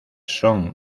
son